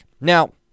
Now